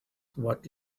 what